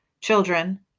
children